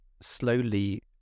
slowly